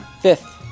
Fifth